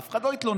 אף אחד לא יתלונן.